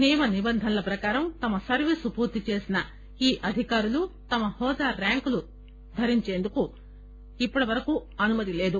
నియమనిబంధనల ప్రకారం తమ సర్వీసు పూర్తి చేసిన ఈ అధికారులు తమ హోదా ర్యాంకులు ధరించేందుకు ఇప్పటివరకు అనుమతి లేదు